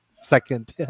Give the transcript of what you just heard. second